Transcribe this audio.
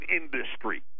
industry